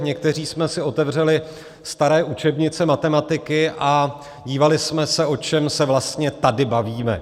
Někteří jsme si otevřeli staré učebnice matematiky a dívali jsme se, o čem se vlastně tady bavíme.